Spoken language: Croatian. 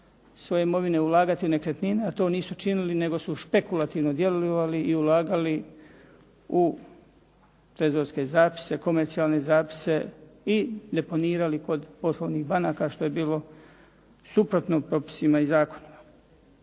svoje imovine ulagati u nekretnine, a to nisu činili nego su špekulativno djelovali i ulagali u trezorske zapise, komercijalne zapise i deponirali kod poslovnih banaka što je bilo suprotno propisima i zakonima.